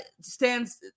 stands